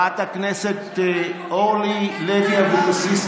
חברת הכנסת אורלי לוי אבקסיס,